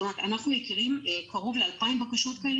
אנחנו מכירים קרוב ל-2,000 בקשות כאלה